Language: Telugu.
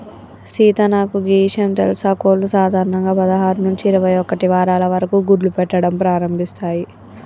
సీత నాకు గీ ఇషయం తెలుసా కోళ్లు సాధారణంగా పదహారు నుంచి ఇరవై ఒక్కటి వారాల వరకు గుడ్లు పెట్టడం ప్రారంభిస్తాయి